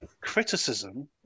criticism